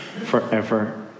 forever